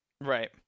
Right